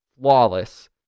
flawless